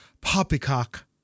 poppycock